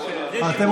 מה שאתם רוצים.